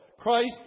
Christ